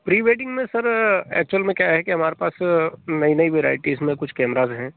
prewedding में sir actual में क्या है कि हमारे पास नई नई वेराइटीज में कुछ कैमराज़ हैं